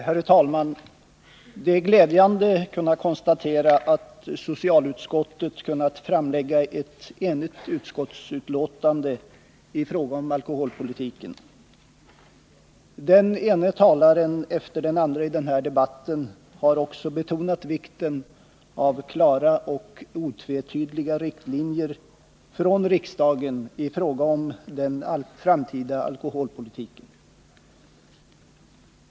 Herr talman! Det är glädjande att kunna konstatera att socialutskottet har kunnat framlägga ett enhälligt betänkande i fråga om alkoholpolitiken. Den ena talaren efter den andra i debatten har också betonat vikten av klara och otvetydiga riktlinjer från riksdagen i fråga om den framtida alkoholpolitiken.